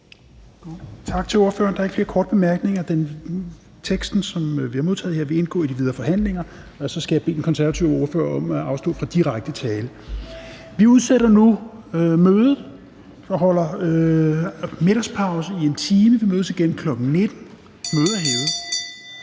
Tak til ordføreren. Der er ikke flere korte bemærkninger. Vedtagelsesteksten, som vi har modtaget her, vil indgå i de videre forhandlinger. Og så skal jeg bede hr. Per Larsen om at undlade at bruge direkte tiltale. Vi udsætter nu mødet og holder middagspause i en time. Vi mødes igen kl. 19.00. : Mødet er udsat.